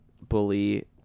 bully